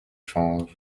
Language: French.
changent